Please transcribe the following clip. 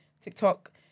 TikTok